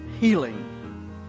Healing